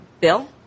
bill